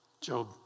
Job